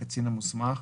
הקצין המוסמך,